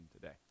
today